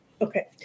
Okay